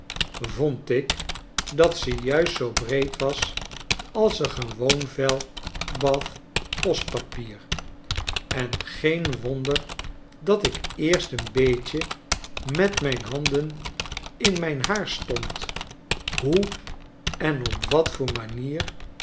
vond ik dat ze juist zoo breed was als een gewoon vel bath postpapier en geen wonder dat ik eerst een beetje met mijn handen in mijn haar stond hoe en op wat voor manier